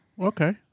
Okay